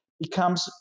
becomes